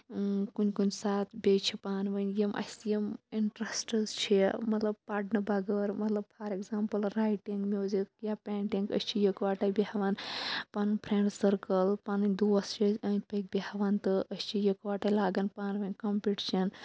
کُنہِ کُنہِ ساتہٕ بیٚیہِ چھِ پانہٕ ؤنۍ یِم اَسہِ یِم انٹرسٹٕس چھِ مَطلَب پَرنہٕ بَغٲر مَطلَب پھار ایگزامپل رایٹِنٛگ میوٗزِک یا پینٹِنٛگ أسۍ چھِ یِکوٹے بیٚہوان پَنُن پھرنٛڈ سٔرکٕل پَنٕنۍ دوس چھِ أسۍ أنٛدۍ پٔکۍ بیٚہوان تہٕ أسۍ چھِ یِکوٹے لاگان پانہٕ ؤنۍ کمپٹِشَن